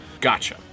Gotcha